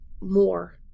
more